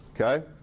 Okay